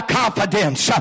confidence